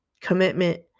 commitment